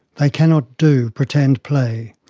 they cannot do pretend play.